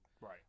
Right